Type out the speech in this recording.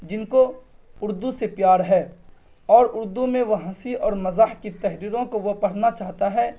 جن کو اردو سے پیار ہے اور اردو میں وہ ہنسی اور مزاح کی تحریروں کو وہ پڑھنا چاہتا ہے